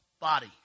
body